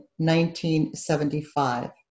1975